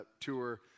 tour